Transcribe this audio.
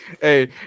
Hey